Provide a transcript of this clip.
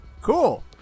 Cool